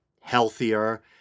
healthier